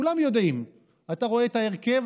כולם יודעים: אתה רואה את ההרכב,